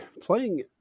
playing